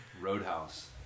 Roadhouse